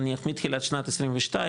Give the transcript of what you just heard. נניח מתחילת שנת 22,